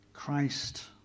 Christ